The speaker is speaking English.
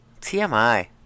TMI